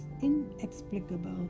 inexplicable